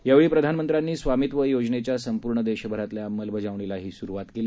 यावेळी प्रधानमंत्र्यांनी स्वामीत्व योजनेच्या संपूर्ण देशभरातल्या अंमलबजावणीलाही सुरुवात केली